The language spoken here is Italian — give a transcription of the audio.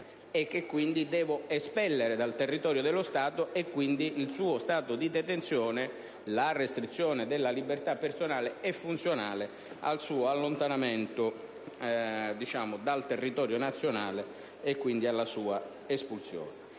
e che quindi deve essere espulso dal territorio dello Stato: in questo caso, il suo stato di detenzione e la restrizione della libertà personale sono funzionali al suo allontanamento dal territorio nazionale e alla sua espulsione.